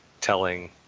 telling